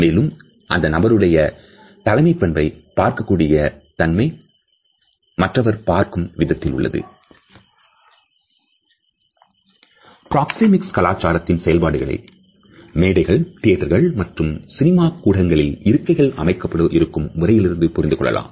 மேலும் அந்த நபருடைய தலைமைப் பண்பு பார்க்கக் கூடிய தன்மை மற்றவர் பார்க்கும் விதத்திலும் உள்ளது பிராக்சேமிக்ஸ் கலாச்சாரத்தின் செயல்பாடுகளை மேடைகள் தியேட்டர்களில் மற்றும் சினிமா கூடங்களில் இருக்கைகள் அமைக்கப்பட்டு இருக்கும் முறைகளிலிருந்து புரிந்து கொள்ளலாம்